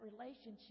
relationship